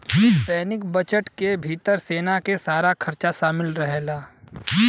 सैनिक बजट के भितर सेना के सारा खरचा शामिल रहेला